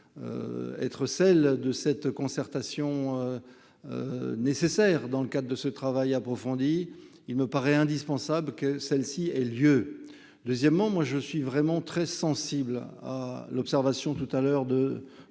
être celles de cette concertation nécessaire dans le cadre de ce travail approfondi, il me paraît indispensable que celle-ci ait lieu, deuxièmement, moi je suis vraiment très sensible à l'observation tout à l'heure de